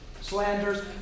slanders